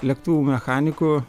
lėktuvų mechaniku